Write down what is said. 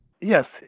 Yes